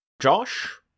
Josh